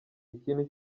ikintu